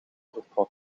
vertrok